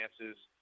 chances